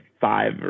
five